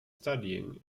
studying